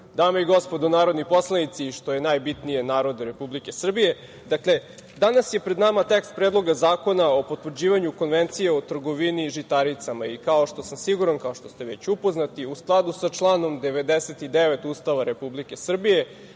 dame i gospodo narodni poslanici i, što je najbitnije, narode Republike Srbije, danas je pred nama tekst Predloga zakona o potvrđivanju Konvencije o trgovini žitaricama i kao što sam siguran, kao što ste već upoznati, u skladu sa članom 99. Ustava Republike Srbije,